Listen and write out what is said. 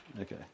okay